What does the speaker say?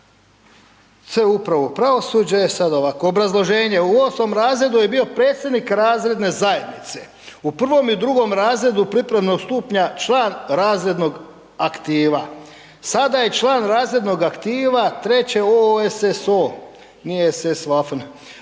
Hrvat, CUP. Sad ovako, obrazloženje, u 8. razredu je bio predsjednik razredne zajednice, u 1. i u 2. razredu pripremnog stupnja član razrednog aktiva, sada je član razrednog aktiva treće OSSO, nije SS vafen,